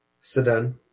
Sedan